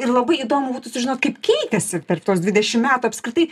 ir labai įdomu būtų sužinot kaip keitėsi per tuos dvidešimt metų apskritai